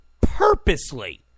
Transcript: purposely